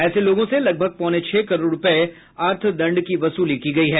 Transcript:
ऐसे लोगों से लगभग पौने छह करोड़ रुपये अर्थदंड की वसूली की गयी है